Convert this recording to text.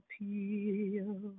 appeal